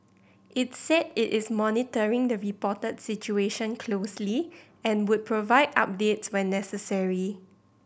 it said it is monitoring the reported situation closely and would provide updates when necessary